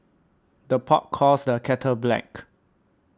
the pot calls the kettle black